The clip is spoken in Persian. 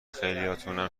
خیلیاتونم